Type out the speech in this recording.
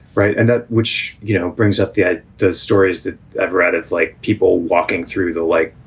right. and that which, you know, brings up the ah the stories that i've read. it's like people walking through the, like,